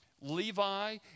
Levi